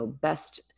best